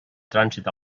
trànsit